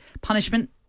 punishment